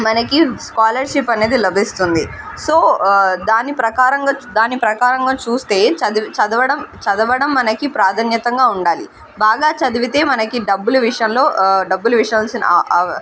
మనకి స్కాలర్షిప్ అనేది లభిస్తుంది సో దాని ప్రకారంగా చూ దాని ప్రకారంగా చూస్తే చదివి చదవడం చదవడం మనకి ప్రాధాన్యతగా ఉండాలి బాగా చదివితే మనకి డబ్బులు విషయంలో డబ్బులు విషాల్సినా